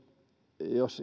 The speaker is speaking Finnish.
jos